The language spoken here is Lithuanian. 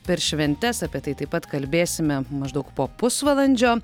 per šventes apie tai taip pat kalbėsime maždaug po pusvalandžio